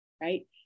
Right